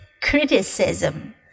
criticism